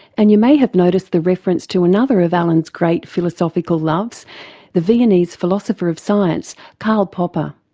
and you may have noticed the reference to another of alan's great philosophical loves the viennese philosopher of science karl popper.